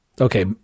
okay